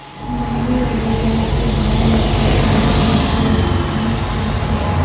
मंडी अउ बजार के भाव हर सरकार के भाव ले कमेच रथे